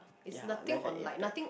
ya left an impact